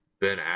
Ben